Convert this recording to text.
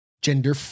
Gender